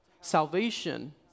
salvation